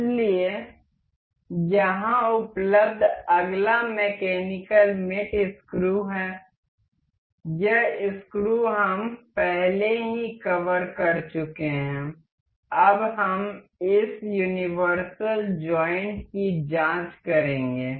इसलिए यहां उपलब्ध अगला मैकेनिकल मेट स्क्रू है यह स्क्रू हम पहले ही कवर कर चुके हैं अब हम इस यूनिवर्सल जॉइंट की जांच करेंगे